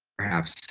perhaps.